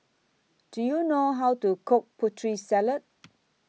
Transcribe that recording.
Do YOU know How to Cook Putri Salad